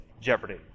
Jeopardy